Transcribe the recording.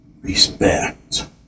respect